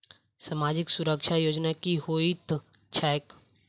सामाजिक सुरक्षा योजना की होइत छैक?